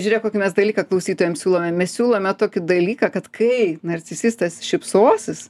žiūrėk kokį mes dalyką klausytojam siūlome mes siūlome tokį dalyką kad kai narcisistas šypsosis